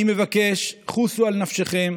אני מבקש: חוסו על נפשכם,